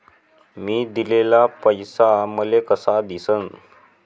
मी दिलेला पैसा मले कसा दिसन?